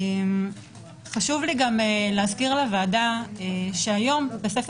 חשוב לי גם להזכיר לוועדה שהיום בספר